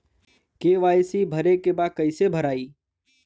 KYC भरे के बा कइसे भराई?